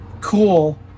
cool